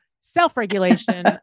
self-regulation